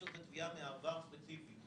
יש על זה תביעה ספציפית מהעבר.